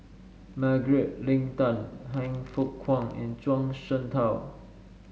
Margaret Leng Tan Han Fook Kwang and Zhuang Shengtao